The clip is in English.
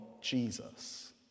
Jesus